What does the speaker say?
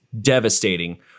devastating